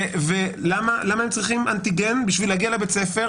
ולמה הם צריכים אנטיגן בשביל להגיע לבית ספר?